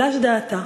"חלש דעתה".